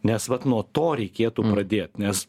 nes vat nuo to reikėtų pradėt nes